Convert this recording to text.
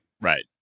Right